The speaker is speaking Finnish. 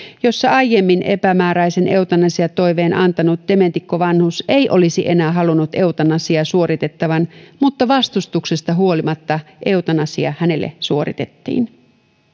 jossa aiemmin epämääräisen eutanasiatoiveen antanut dementikkovanhus ei olisi enää halunnut eutanasiaa suoritettavan mutta vastustuksesta huolimatta eutanasia hänelle suoritettiin